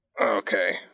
Okay